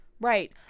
Right